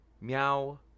meow